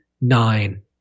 nine